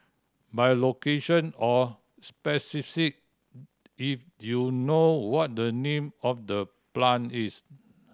by location or species if you know what the name of the plant is